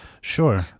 Sure